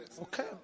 Okay